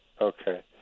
okay